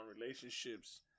relationships